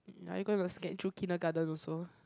are you going to scan through kindergarten also